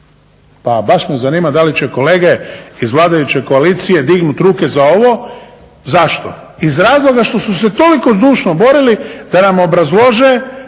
Pa baš me zanima da li će kolege iz vladajuće koalicije dignut ruke za ovo. Zašto? Iz razloga što su se toliko zdušno borili da nam obrazlože